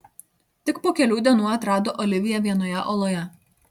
tik po kelių dienų atrado oliviją vienoje oloje